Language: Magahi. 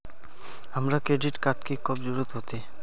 हमरा क्रेडिट कार्ड की कब जरूरत होते?